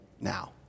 now